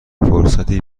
فرصتی